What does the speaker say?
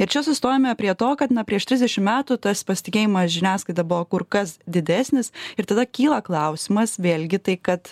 ir čia sustojome prie to kad na prieš trisdešim metų tas pasitikėjimas žiniasklaida buvo kur kas didesnis ir tada kyla klausimas vėlgi tai kad